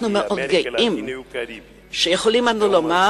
אנחנו מאוד גאים בכך שאנו יכולים לומר